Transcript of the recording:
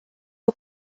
you